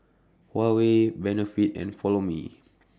Huawei Benefit and Follow Me